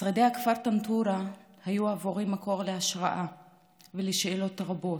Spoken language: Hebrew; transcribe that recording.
שרידי הכפר טנטורה היו עבורי מקור להשראה ולשאלות רבות: